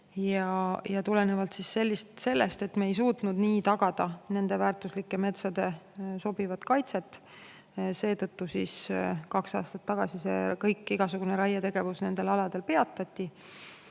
Tulenevalt sellest, et me ei suutnud nii tagada nende väärtuslike metsade sobivat kaitset, kaks aastat tagasi igasugune raietegevus nendel aladel peatati.